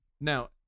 now